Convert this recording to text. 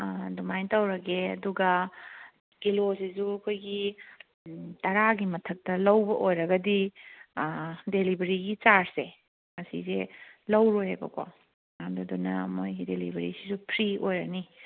ꯑꯗꯨꯃꯥꯏꯅ ꯇꯧꯔꯒꯦ ꯑꯗꯨꯒ ꯀꯤꯂꯣꯁꯤꯁꯨ ꯑꯩꯈꯣꯏꯒꯤ ꯎꯝ ꯇꯔꯥꯒꯤ ꯃꯊꯛꯇ ꯂꯧꯕ ꯑꯣꯏꯔꯒꯗꯤ ꯗꯦꯂꯤꯕꯔꯤꯒꯤ ꯆꯥꯔ꯭ꯖꯁꯦ ꯑꯁꯤꯁꯦ ꯂꯧꯔꯣꯏꯌꯦꯕꯀꯣ ꯑꯗꯨꯗꯨꯅ ꯃꯈꯣꯏꯒꯤ ꯗꯤꯂꯤꯕꯔꯤꯁꯤꯁꯨ ꯐ꯭ꯔꯤ ꯑꯣꯏꯔꯅꯤ